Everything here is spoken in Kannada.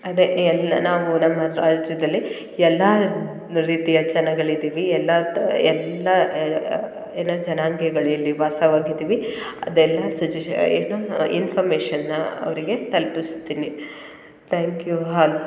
ಅದೇ ಎಲ್ಲ ನಾವು ನಮ್ಮ ರಾಜ್ಯದಲ್ಲಿ ಎಲ್ಲ ರೀತಿಯ ಜನಗಳು ಇದೀವಿ ಎಲ್ಲ ತ ಎಲ್ಲ ಎಲ್ಲ ಜನಾಂಗಗಳು ಇಲ್ಲಿ ವಾಸವಾಗಿದ್ದೀವಿ ಅದೆಲ್ಲ ಸಜೆಶ ಏನು ಇನ್ಫರ್ಮೇಷನನ್ನ ಅವರಿಗೆ ತಲ್ಪಿಸ್ತೀನಿ ತ್ಯಾಂಕ್ ಯು ಆಲ್